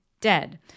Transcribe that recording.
dead